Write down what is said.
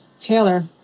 Taylor